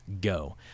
go